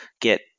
get